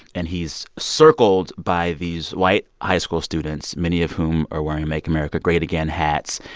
and he's circled by these white high school students, many of whom are wearing make america great again hats.